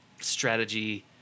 strategy